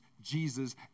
Jesus